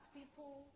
people